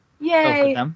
Yay